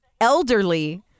elderly